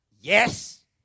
Yes